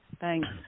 Thanks